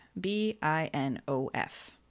B-I-N-O-F